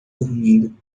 dormindo